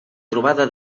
trobada